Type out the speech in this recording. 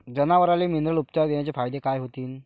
जनावराले मिनरल उपचार देण्याचे फायदे काय होतीन?